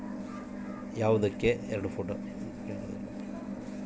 ಎರಡು ಫೋಟೋ ಬೇಕಾ?